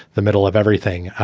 the middle of everything,